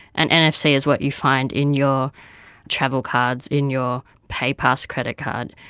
and nfc is what you find in your travel cards, in your pay-pass credit card.